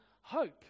hope